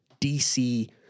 DC